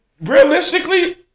realistically